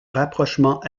rapprochement